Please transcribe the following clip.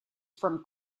from